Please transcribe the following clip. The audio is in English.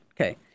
Okay